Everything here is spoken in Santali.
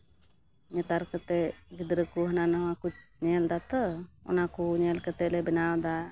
ᱱᱮᱛᱟᱨ ᱠᱟᱛᱮ ᱜᱤᱫᱽᱨᱟᱹ ᱠᱚ ᱦᱟᱱᱟ ᱱᱚᱣᱟ ᱠᱚ ᱧᱮᱞ ᱫᱟᱛᱚᱚᱱᱟᱠᱚ ᱧᱮᱞ ᱠᱟᱛᱮ ᱞᱮ ᱵᱮᱱᱟᱣ ᱮᱫᱟ